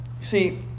See